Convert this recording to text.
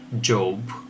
Job